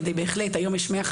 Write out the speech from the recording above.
אם אינני טועה, יש היום 155